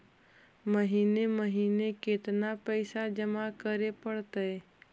महिने महिने केतना पैसा जमा करे पड़तै?